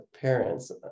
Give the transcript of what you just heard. parents